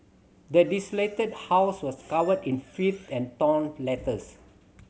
the desolated house was covered in filth and torn letters